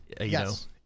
yes